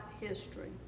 history